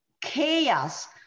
chaos